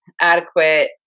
adequate